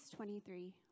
23